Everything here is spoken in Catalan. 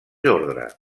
ordre